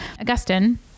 Augustine